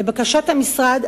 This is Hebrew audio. לבקשת המשרד,